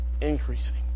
increasing